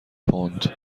پوند